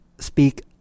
speak